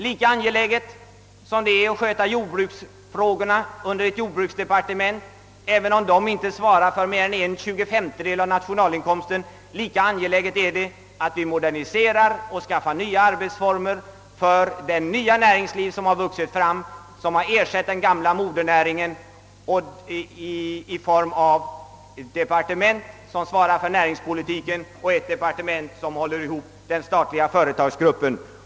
Lika angeläget som det är att under ett jordbruksdepartement sköta jordbruksfrågorna, även om de inte svarar för mer än en tjugofemtedel av nationalinkomsten, lika angeläget är det att vi moderniserar och för det nya näringsliv som vuxit fram och ersatt den gamla modernäringen skapar nya arbetsformer genom ett departement, som svarar för näringspolitiken, och ett departement, som håller ihop den statliga företagsgruppen.